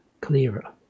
clearer